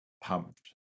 pumped